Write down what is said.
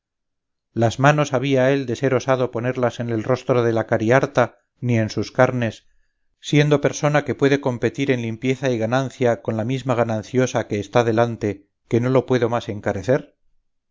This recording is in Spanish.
las manos había él de ser osado ponerlas en el rostro de la cariharta ni en sus carnes siendo persona que puede competir en limpieza y ganancia con la misma gananciosa que está delante que no lo puedo más encarecer